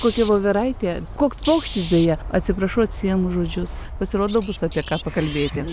kokia voveraitė koks paukštis beje atsiprašau atsiėmu žodžius pasirodo bus apie ką pakalbėti